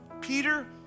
Peter